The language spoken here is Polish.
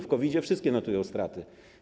W COVID-zie wszystkie notują straty.